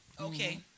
Okay